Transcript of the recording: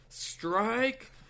Strike